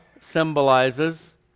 symbolizes